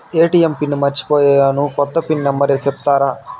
ATM PIN మర్చిపోయాను పోయాను, కొత్త పిన్ నెంబర్ సెప్తారా?